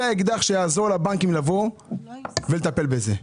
זה האקדח שיעזור לבנקים לבוא ולטפל בזה.